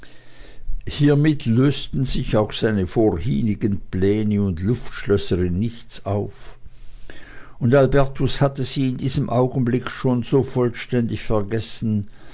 hiemit lösten sich auch seine vorhinnigen pläne und luftschlösser in nichts auf und albertus hatte sie in diesem augenblicke schon so vollständig vergessen